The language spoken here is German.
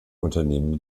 unternehmen